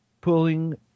pulling